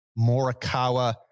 Morikawa